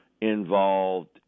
involved